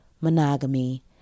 monogamy